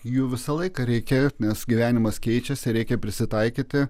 jų visą laiką reikia nes gyvenimas keičiasi reikia prisitaikyti